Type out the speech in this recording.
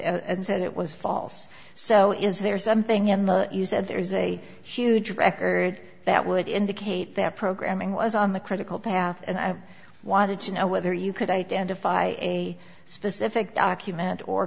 and said it was false so is there something in the you said there is a huge record that would indicate that programming was on the critical path and i wanted to know whether you could identify a specific document or